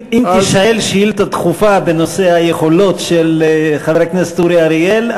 אם תישאל שאילתה דחופה בנושא היכולות של חבר הכנסת אורי אריאל,